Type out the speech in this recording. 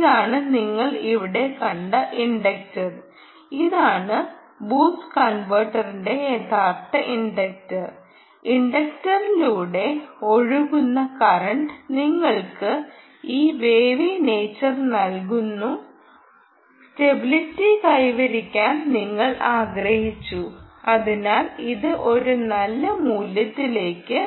ഇതാണ് നിങ്ങൾ ഇവിടെ കണ്ട ഇൻഡക്റ്റർ ഇതാണ് ബൂസ്റ്റ് കൺവെർട്ടറിന്റെ യഥാർത്ഥ ഇൻഡക്റ്റർ ഇൻഡക്റ്ററിലൂടെ ഒഴുകുന്ന കറണ്ട് നിങ്ങൾക്ക് ഈ വേവി നേച്ചർ നൽകുന്നു സ്റ്റെബിലിറ്റി കൈവരിക്കാൻ നിങ്ങൾ ആഗ്രഹിച്ചു അതിനാൽ ഇത് ഒരു നല്ല മൂല്യത്തിലേക്ക്